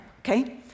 okay